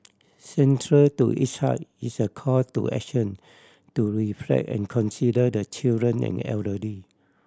central to its heart is a call to action to reflect and consider the children and elderly